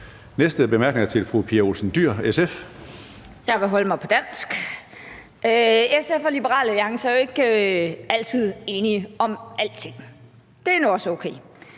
Olsen Dyhr, SF. Kl. 15:44 Pia Olsen Dyhr (SF): Jeg vil holde mig til dansk. SF og Liberal Alliance er jo ikke altid enige om alting. Det er nu også okay.